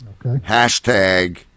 Hashtag